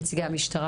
נציגת המשטרה